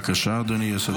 עשר דקות.